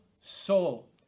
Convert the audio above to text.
soul